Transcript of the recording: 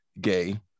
gay